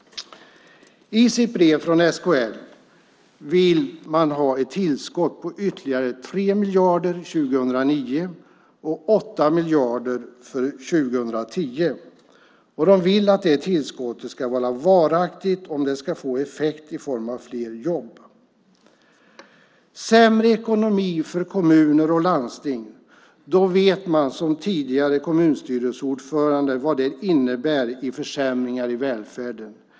I sitt brev vill SKL ha ett tillskott på ytterligare 3 miljarder för 2009 och 8 miljarder för 2010. De vill att tillskottet ska vara varaktigt om det ska få effekt i form av fler jobb. Som tidigare kommunstyrelseordförande vet man vad sämre ekonomi för kommuner och landsting innebär i form av försämringar i välfärden.